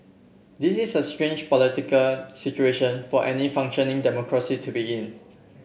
this is a strange political situation for any functioning democracy to be in